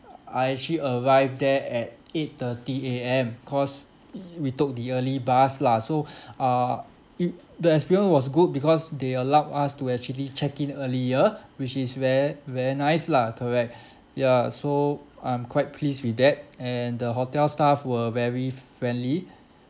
I actually arrived there at eight thirty A_M cause we took the early bus lah so uh th~ the experience was good because they allowed us to actually check in earlier which is ver~ very nice lah correct ya so I'm quite pleased with that and the hotel staff were very friendly